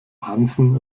hansen